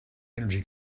energy